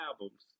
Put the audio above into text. albums